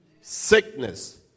sickness